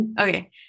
okay